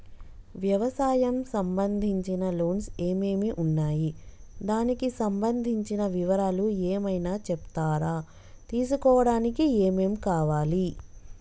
వ్యవసాయం సంబంధించిన లోన్స్ ఏమేమి ఉన్నాయి దానికి సంబంధించిన వివరాలు ఏమైనా చెప్తారా తీసుకోవడానికి ఏమేం కావాలి?